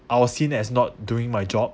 I was seen as not doing my job